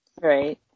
Right